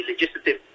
legislative